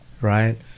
right